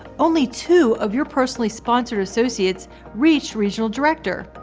only two of your personally sponsored associates reach regional director.